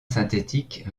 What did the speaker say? synthétique